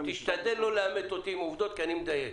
תשתדל לא לעמת אותי עם עובדות כי אני מדייק.